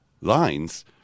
lines